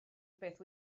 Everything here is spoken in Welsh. beth